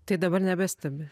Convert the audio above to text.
tai dabar nebestebi